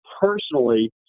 personally